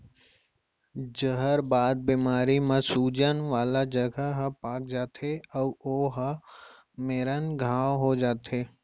जहरबाद बेमारी म सूजन वाला जघा ह पाक जाथे अउ ओ मेरा घांव हो जाथे